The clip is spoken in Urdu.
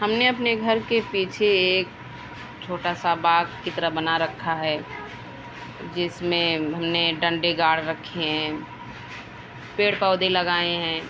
ہم نے اپنے گھر کے پیچھے ایک چھوٹا سا باغ کی طرح بنا رکھا ہے جس میں ہم نے ڈنڈے گاڑ رکھے ہیں پیڑ پودے لگائے ہیں